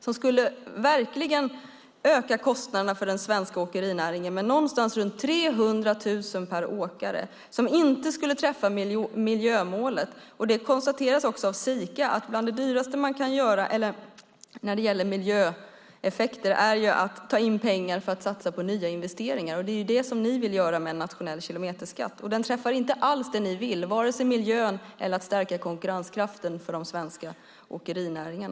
Det skulle verkligen öka kostnaderna för den svenska åkerinäringen med runt 300 000 kronor per åkare. En sådan skatt skulle så att säga inte träffa miljömålet. Det konstateras också av Sika att bland det dyraste som man kan göra när det gäller miljöeffekter är att ta in pengar för att satsa på nya investeringar. Det är det som ni vill göra med en nationell kilometerskatt. Den träffar inte alls det som ni vill, alltså miljön, och den stärker inte heller konkurrenskraften för den svenska åkerinäringen.